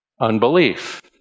unbelief